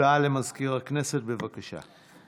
הודעה למזכיר הכנסת, בבקשה.